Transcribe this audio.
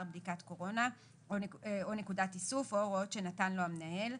בדיקה לקורונה או נקודת איסוף או הוראות שנתן לו המנהל,